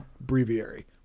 breviary